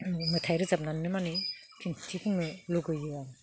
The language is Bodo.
मेथाइ रोजाबनानै माने दिन्थिफुंनो आं लुगैयो आरो